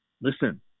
Listen